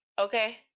Okay